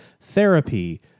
therapy